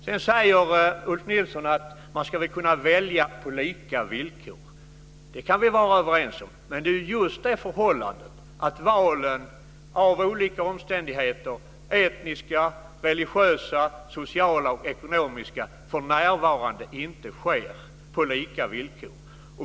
Ulf Nilsson säger att man ska kunna välja på lika villkor. Det kan vi vara överens om. Men förhållandet är just det att valen, på grund av olika omständigheter - etniska, religiösa, sociala och ekonomiska - för närvarande inte sker på lika villkor.